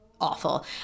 awful